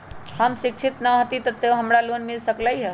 हम शिक्षित न हाति तयो हमरा लोन मिल सकलई ह?